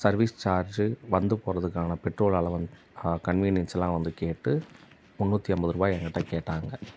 service charge வந்து போறதுக்கான petrol allowance கன்வீனியன்ஸ்லாம் வந்து கேட்டு முந்நூற்றி ஐம்பது ரூபா எங்கிட்ட கேட்டாங்க